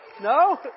No